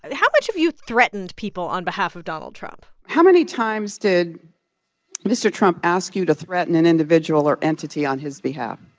how much have you threatened people on behalf of donald trump? how many times did mr. trump ask you to threaten an individual or entity on his behalf?